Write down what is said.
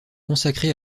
consacré